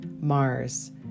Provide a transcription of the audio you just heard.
Mars